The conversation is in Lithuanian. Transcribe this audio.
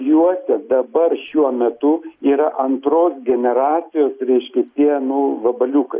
juose dabar šiuo metu yra antros generacijos reiškia tie nu vabaliukai